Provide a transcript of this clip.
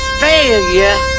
failure